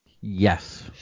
Yes